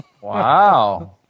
Wow